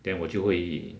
then 我就会